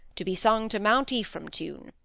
to be sung to mount ephraim tune